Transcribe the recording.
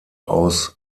aus